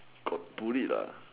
got bullied lah